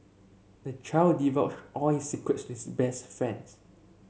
the child divulged all his secrets his best friends